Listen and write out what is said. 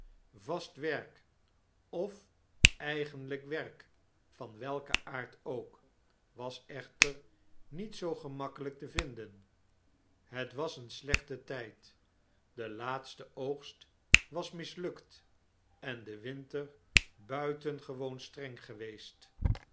vast werk of eigenlijk werk van welken aard ook was echter niet zoo gemakkelyk te vinden het was een slechte tyd de laatste oogst was mislukt en de winter buitengewoon streng geweest